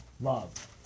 love